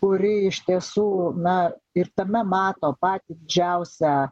kuri iš tiesų na ir tame mato patį didžiausią